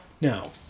no